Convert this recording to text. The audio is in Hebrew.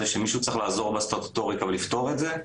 שמישהו צריך לעזור בסטטוטוריקה ולפתור את זה,